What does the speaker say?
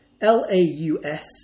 L-A-U-S